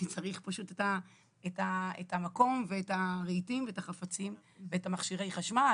כי צריך פשוט את המקום ואת הרהיטים ואת החפצים ואת מכשירי החשמל.